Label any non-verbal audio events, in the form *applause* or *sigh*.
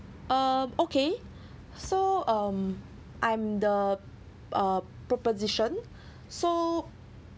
um okay so um I'm the uh proposition *breath* so